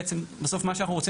בסוף מה שאנחנו רוצים,